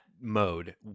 mode